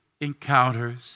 encounters